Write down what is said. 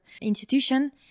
institution